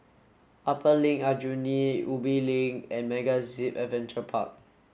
Upper Aljunied Link Ubi Link and MegaZip Adventure Park